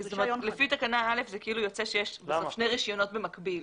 לפי תקנה (א) יוצא כאילו יש שני רישיונות במקביל.